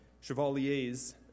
Chevaliers